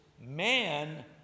man